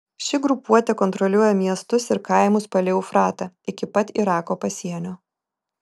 ši grupuotė kontroliuoja miestus ir kaimus palei eufratą iki pat irako pasienio